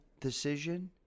decision